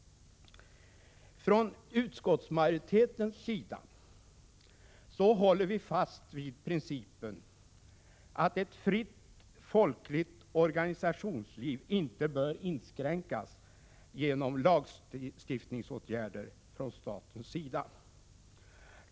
Från utskottsmajoritetens sida håller vi fast vid principen att ett fritt statens sida.